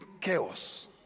chaos